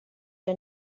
que